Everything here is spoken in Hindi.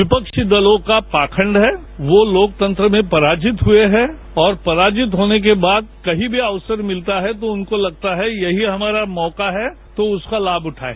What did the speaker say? विपक्षी दलों का पाखंड है वो लोकतंत्र में पराजित हुए हैं और पराजित होने के बाद कहीं भी अवसर मिलता है तो उनको लगता है कि यही हमारा मौका है तो उसका लाभ उठाएं